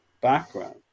background